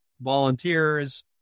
volunteers